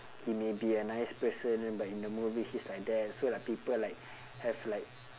he may be a nice person but in the movie he's like that so like people like have like